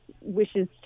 wishes